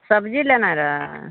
सबजी लेनाइ रहै